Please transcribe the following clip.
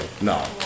No